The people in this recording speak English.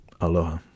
Aloha